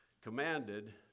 Commanded